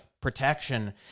protection